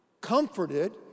comforted